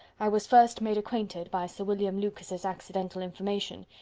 i was first made acquainted, by sir william lucas's accidental information,